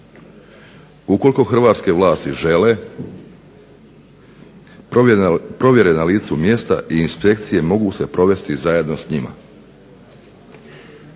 Ukoliko hrvatske vlasti žele provjere na licu mjesta i inspekcije mogu se provesti zajedno s njima.